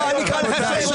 הם חוגגים.